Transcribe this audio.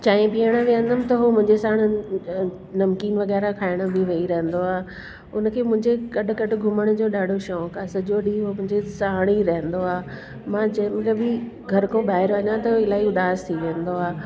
चांहिं पीअण वेंहिदमि त हो मुंहिंजे साण नमकीन वग़ैरह खाइण बि वेही रहंदो आहे उनखे मुंहिंजे गॾु गॾु घुमण जो ॾाढो शौंक़ु आहे सॼो ॾींहुं हो मुंहिंजे साण ई रहंदो आहे मां जंहिंमहिल बि घर खां ॿाहिरि वञा त इलाही उदास थी वेंदो आहे